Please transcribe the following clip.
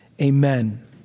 Amen